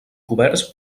coberts